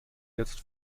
jetzt